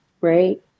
right